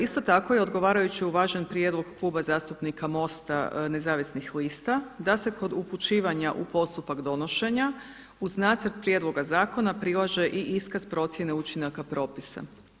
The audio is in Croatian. Isto tako je odgovarajuće uvažen prijedlog Kluba zastupnika MOST-a Nezavisnih lista da se kod upućivanja u postupak donošenja uz nacrt prijedloga zakona prilaže i iskaz procjene učinaka propisa.